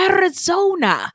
Arizona